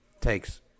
Takes